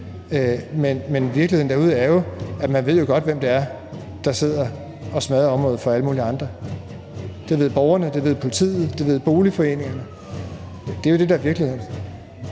Men virkeligheden derude er jo, at man godt ved, hvem det er, der sidder og smadrer området for alle mulige andre. Det ved borgerne, det ved politiet, det ved boligforeningerne. Det er jo det, der er virkeligheden.